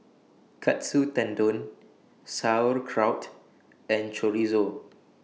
Katsu Tendon Sauerkraut and Chorizo